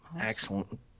Excellent